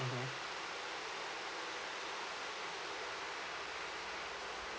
mmhmm